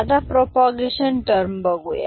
आता propagation term बघूया